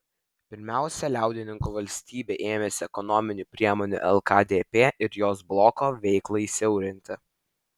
pirmiausia liaudininkų vyriausybė ėmėsi ekonominių priemonių lkdp ir jos bloko veiklai siaurinti